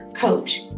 coach